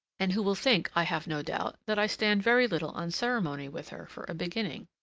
and who will think, i have no doubt, that i stand very little on ceremony with her for a beginning.